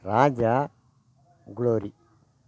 Raja glory